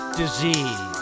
disease